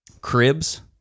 cribs